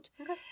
Okay